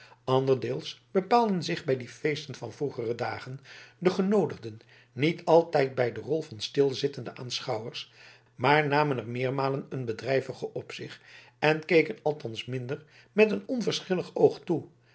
anderdeels bepaalden zich bij die feesten van vroegere dagen de genoodigden niet altijd bij de rol van stilzittende aanschouwers maar namen er meermalen een bedrijvige op zich en keken althans nimmer met een onverschillig oog toe